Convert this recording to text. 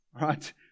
right